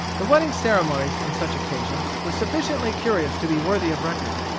the wedding ceremonies on such occasions were sufficiently curious to be worthy of record.